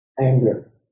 anger